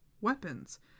weapons